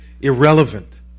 irrelevant